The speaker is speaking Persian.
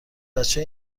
بچه